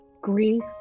Grief